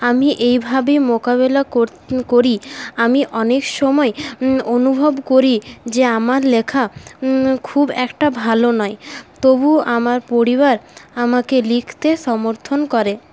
আমি এইভাবেই মোকাবিলা করি আমি অনেকসময় অনুভব করি যে আমার লেখা খুব একটা ভালো নয় তবুও আমার পরিবার আমাকে লিখতে সমর্থন করে